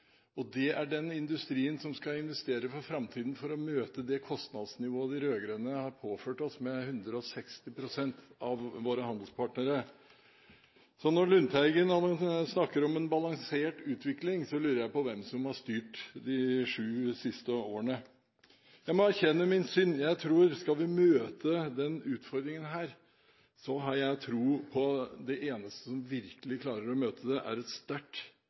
Og det er den industrien som skal investere for framtiden for å møte det kostnadsnivået de rød-grønne har påført oss, med 160 pst. i forhold til våre handelspartnere. Så når Lundteigen snakker om en balansert utvikling, lurer jeg på hvem som har styrt de sju siste årene. Jeg må erkjenne min synd: Skal vi møte denne utfordringen, har jeg tro på at det eneste som virkelig klarer å møte den, er et sterkt,